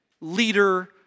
leader